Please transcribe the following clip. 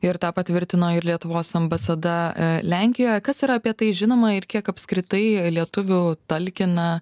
ir tą patvirtino ir lietuvos ambasada lenkijoje kas yra apie tai žinoma ir kiek apskritai lietuvių talkina